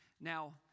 Now